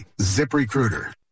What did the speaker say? ZipRecruiter